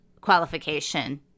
qualification